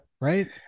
Right